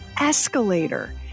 escalator